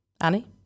Annie